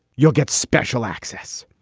you'll get special access.